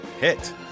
Hit